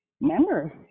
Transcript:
members